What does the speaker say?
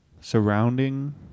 surrounding